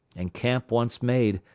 and camp once made,